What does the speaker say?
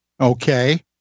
okay